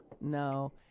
No